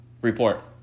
report